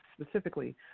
specifically